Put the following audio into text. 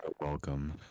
Welcome